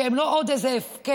שהם לא עוד הפקר.